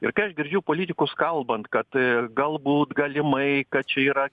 ir kai aš girdžiu politikus kalbant kad galbūt galimai kad čia yra